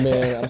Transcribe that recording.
Man